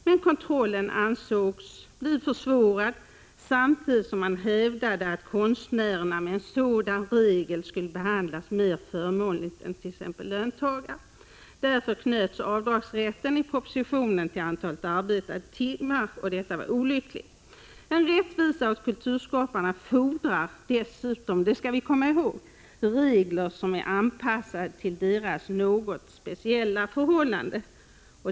Men kontrollen ansågs bli försvårad, samtidigt som man hävdade att konstnärerna med en sådan regel skulle behandlas mer förmånligt än t.ex. löntagare. Därför knöts avdragsrätten i propositionen till antalet arbetade timmar. Detta var olyckligt. Men rättvisa åt kulturskaparna fodrar dessutom — det skall vi komma ihåg — regler som är anpassade till deras något speciella förhållanden.